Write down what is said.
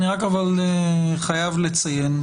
אני חייב לציין,